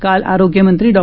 काल आरोग्यमंत्री डॉ